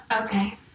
Okay